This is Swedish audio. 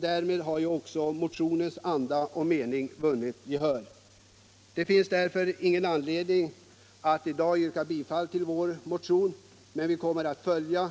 Därmed har motionens anda och mening vunnit gehör. Det finns därför i dag ingen anledning att yrka bifall till vår motion, men vi kommer att följa